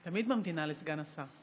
אני תמיד ממתינה לסגן השר.